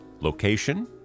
location